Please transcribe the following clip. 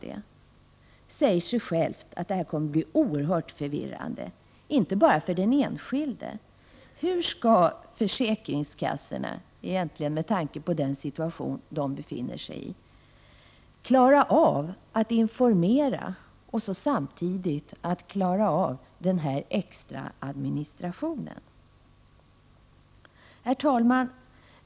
Det säger sig självt att detta kommer att bli oerhört förvirrande, och det gäller då inte bara för den dessa befinner sig i, klara av att informera samtidigt som de får den här extra administrativa uppgiften? Herr talman!